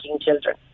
children